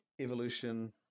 evolution